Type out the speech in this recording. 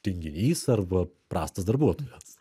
tinginys arba prastas darbuotojas